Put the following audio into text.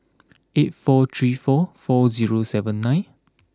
eight four three four four zero seven nine